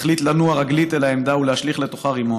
החליט לנוע רגלית אל העמדה ולהשליך לתוכה רימון.